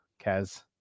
Kaz